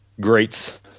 greats